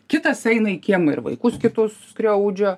kitas eina į kiemą ir vaikus kitus skriaudžia